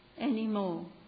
anymore